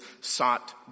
sought